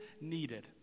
needed